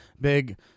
big